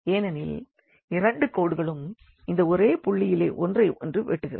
ஏனெனில் இரண்டு கோடுகளும் இந்த ஒரே புள்ளியிலே ஒன்றை ஒன்று வெட்டுகிறது